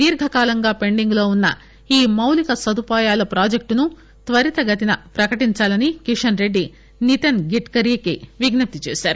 దీర్ఘకాలంగా పెండింగ్ లో వున్న ఈ మౌలిక సదుపాయాల ప్రాజెక్టును త్వరితగతిన ప్రకటించాలని కిషన్ రెడ్డి నితిన్ గడ్కరీకి విజ్స ప్తి చేశారు